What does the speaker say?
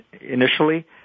initially